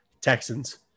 Texans